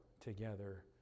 together